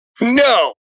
No